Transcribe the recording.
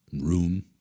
room